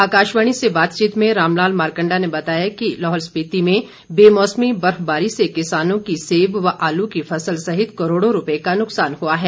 आकाशवाणी से बातचीत में राम लाल मारकंडा ने बताया कि लाहौल स्पिति में बेमौसमी बर्फबारी से किसानों की सेब व आलू की फसल सहित करोड़ों रूपये का नुकसान हुआ है